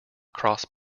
cross